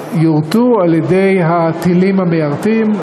יורטו על-ידי הטילים המיירטים,